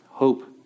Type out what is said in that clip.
hope